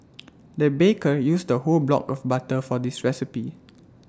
the baker used A whole block of butter for this recipe